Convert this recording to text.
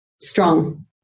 Strong